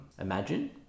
imagine